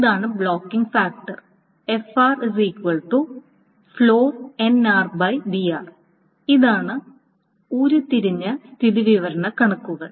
ഇതാണ് blocking factor ഇതാണ് ഉരുത്തിരിഞ്ഞ സ്ഥിതിവിവരക്കണക്കുകൾ